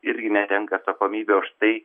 irgi netenka atsakomybė už tai